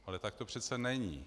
Ale tak to přece není.